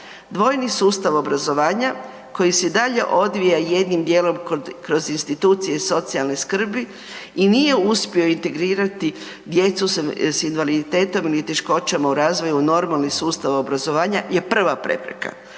Dvojni sustav obrazovanja koji se dalje odvija jednim djelom kroz institucije socijalne skrbi i nije uspio integrirati djecu sa invaliditetom ni teškoćama u razvoju, normalni sustav obrazovanja je prva prepreka